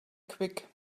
quick